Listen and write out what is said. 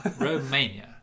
Romania